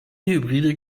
hybride